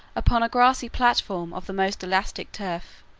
upon a grassy platform of the most elastic turf,